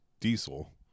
Diesel